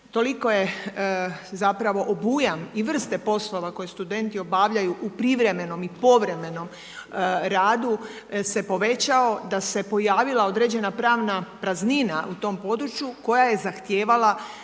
toliko je zapravo obujam i vrste poslova koje studenti obavljaju u privremenom i povremenom radu se povećao da se pojavila određena pravna praznina u tom području koja je zahtijevala